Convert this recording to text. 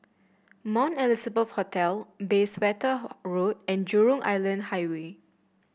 Mount Elizabeth Hospital Bayswater Road and Jurong Island Highway